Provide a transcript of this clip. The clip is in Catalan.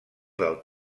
del